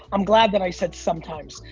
i'm glad that i said sometimes.